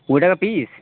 কুড়ি টাকা পিস